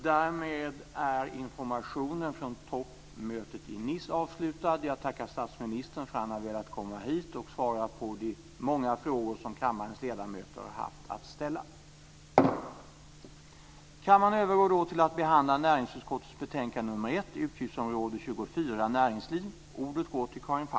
Därmed är informationen från toppmötet i Nice avslutad. Jag tackar statsministern för att han har velat komma hit och svara på de många frågor som kammarens ledamöter har haft att ställa.